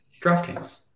DraftKings